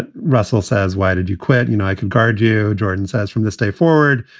and russell says, why did you quit? you know i can guard you. jordan says, from this day forward,